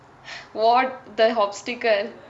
ward the obstacle